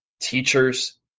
teachers